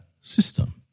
system